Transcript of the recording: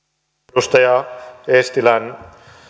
edustaja eestilän